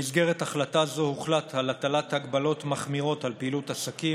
במסגרת החלטה זו הוחלט על הטלת הגבלות מחמירות על פעילות עסקים,